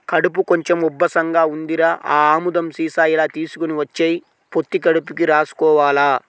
కడుపు కొంచెం ఉబ్బసంగా ఉందిరా, ఆ ఆముదం సీసా ఇలా తీసుకొని వచ్చెయ్, పొత్తి కడుపుకి రాసుకోవాల